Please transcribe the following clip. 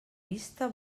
vista